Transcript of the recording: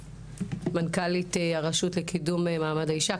למנכ"לית הרשות לקידום מעמד האישה,